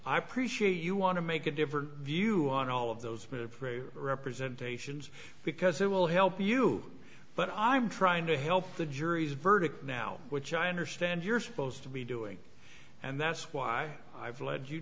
i appreciate you want to make a different view on all of those representations because it will help you but i'm trying to help the jury's verdict now which i understand you're supposed to be doing and that's why i've led you